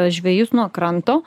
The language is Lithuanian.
žvejus nuo kranto